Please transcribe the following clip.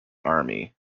army